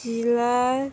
जिला